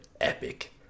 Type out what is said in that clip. epic